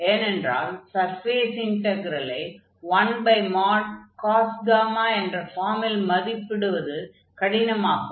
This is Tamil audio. ஏனென்றால் சர்ஃபேஸ் இன்டக்ரெலை 1cos என்ற ஃபார்மில் மதிப்பிடுவது கடினமாகும்